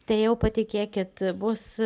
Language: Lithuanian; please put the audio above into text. tai jau patikėkit bus